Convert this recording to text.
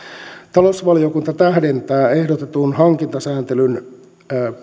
talousvaliokunta tähdentää ehdotetun hankintasääntelyn